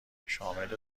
شامل